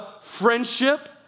friendship